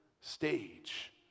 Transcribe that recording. stage